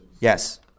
Yes